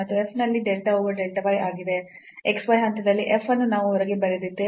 x y ಹಂತದಲ್ಲಿ f ಅನ್ನು ನಾವು ಹೊರಗೆ ಬರೆದಿದ್ದೇವೆ